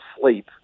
sleep